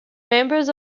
members